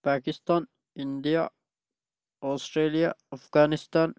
Pakistan India Australia Afghanistan